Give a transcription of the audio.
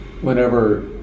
whenever